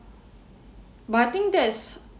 but I think that's